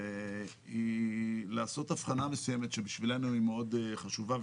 והיא לעשות הבחנה מסוימת שבשבילנו היא מאוד חשובה,